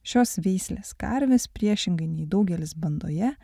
šios veislės karvės priešingai nei daugelis bandoje